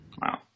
Wow